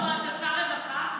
אתה שר רווחה?